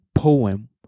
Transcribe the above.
poem